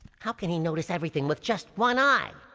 how can he notice everything with just one eye?